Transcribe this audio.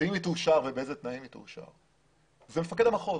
ואם היא תאושר ובאיזה תנאים היא תאושר זה מפקד המחוז.